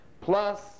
plus